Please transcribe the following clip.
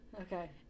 Okay